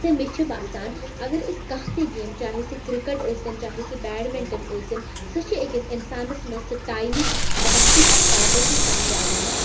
تہٕ مےٚ چھِ باسان اگر أسۍ کانٛہہ تہِ گیم چاہے سُہ کِرکَٹ ٲسۍ تن چاہے سُہ بیڈمِنٹَن ٲسِن سُہ چھِ أکِس اِنسانَس منٛز سُہ ٹایمٕچ وَقتٕچ اَکھ پابندی سَمجاوان